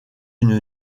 une